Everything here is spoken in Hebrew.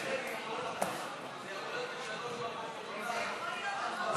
המפלגות (תיקון מס' 24), התשע"ח 2018, נתקבל.